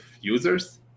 users